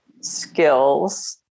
skills